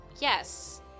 yes